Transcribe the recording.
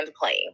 playing